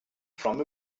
from